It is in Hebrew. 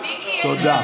תודה.